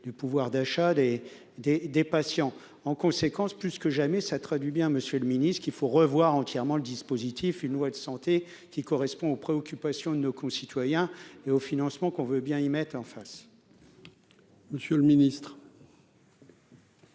du pouvoir d'achat des des des patients en conséquence plus que jamais, ça traduit bien Monsieur le Ministre, qu'il faut revoir entièrement le dispositif : une loi de santé qui correspond aux préoccupations de nos concitoyens et au financement qu'on veut bien y met en face. Monsieur le Ministre.